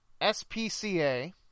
SPCA